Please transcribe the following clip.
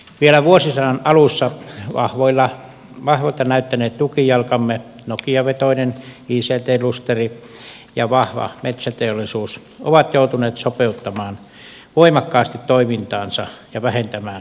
vielä vuosisadan alussa vahvoilta näyttäneet tukijalkamme nokia vetoinen ict klusteri ja vahva metsäteollisuus ovat joutuneet sopeuttamaan voimakkaasti toimintaansa ja vähentämään työpaikkoja